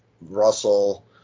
Russell